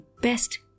best